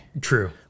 True